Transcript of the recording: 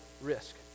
risk